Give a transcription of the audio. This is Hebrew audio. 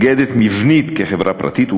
מבנית כחברה פרטית,